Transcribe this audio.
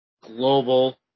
global